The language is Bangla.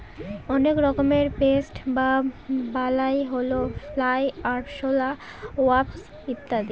অনেক রকমের পেস্ট বা বালাই হল ফ্লাই, আরশলা, ওয়াস্প ইত্যাদি